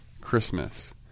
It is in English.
Christmas